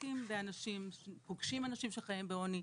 שפוגשים אנשים שחיים בעוני,